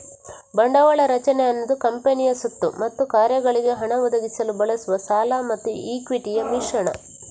ಬಂಡವಾಳ ರಚನೆ ಅನ್ನುದು ಕಂಪನಿಯ ಸ್ವತ್ತು ಮತ್ತು ಕಾರ್ಯಗಳಿಗೆ ಹಣ ಒದಗಿಸಲು ಬಳಸುವ ಸಾಲ ಮತ್ತು ಇಕ್ವಿಟಿಯ ಮಿಶ್ರಣ